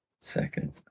Second